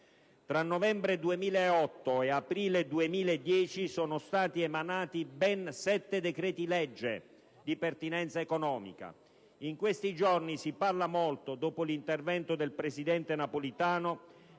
Tra novembre 2008 e aprile 2010 sono stati emanati ben sette decreti‑legge di pertinenza economica. In questi giorni si parla molto, dopo l'intervento del presidente Napolitano,